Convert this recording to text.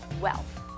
wealth